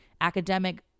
academic